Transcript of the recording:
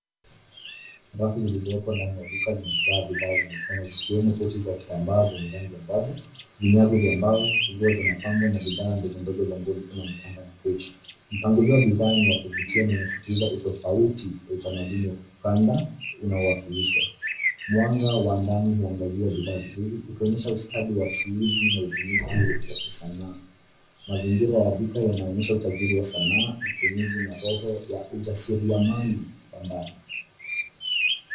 Rafu zilizowekwa ndani ya duka zimejaa bidhaa za mikono zikiwemo koti za kitambaa zenye rangi angavu, vinyago vya mbao, nguo za mapambo na bidhaa ndoondogo za ngozi kama mkanda na pochi. Mpangilio wa bidhaa ni wa kuvutia na unasiistiza utofauti wa utamaduni kanda unaowakilishwa. Mwanga wa ndani huangazia bidhaa vizuri ukionyesha ustadi wa chuuzi na ubunifu wa kisanaa. Mazingira ya duka yanaonyesha utajiri wa sana ya kienyeji na roho ya ujasiriamani wa ndani.